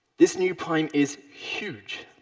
this new prime is huge.